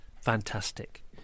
fantastic